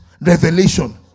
Revelation